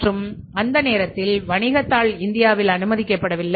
மற்றும் அந்த நேரத்தில் வணிக தாள் இந்தியாவில் அனுமதிக்கப்படவில்லை